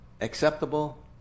acceptable